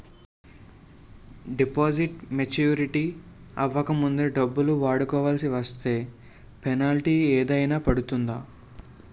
Deposit maturity అవ్వక ముందే డబ్బులు వాడుకొవాల్సి వస్తే పెనాల్టీ ఏదైనా పడుతుందా?